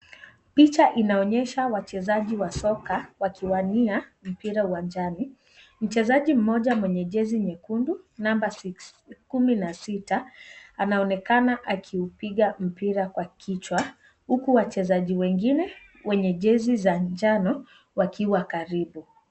Picha inaonyesha wachezaji wa soka wakiwania mpira uwanjani. Mchezaji mmoja mwenye jezi nyekundu namba kumi na sita, anaonekana akiupiga mpira kwa kichwa, huku wachezaji wengine wenye jezi za njano wakiwa karibu.